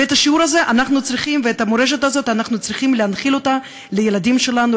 ואת השיעור הזה ואת המורשת הזאת אנחנו צריכים להנחיל לילדים שלנו,